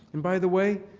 and by the way,